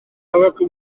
arogl